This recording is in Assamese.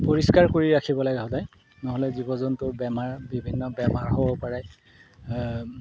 পৰিষ্কাৰ কৰি ৰাখিব লাগে সদায় নহ'লে জীৱ জন্তুৰ বেমাৰ বিভিন্ন বেমাৰ হ'ব পাৰে